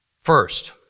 First